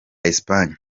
espagne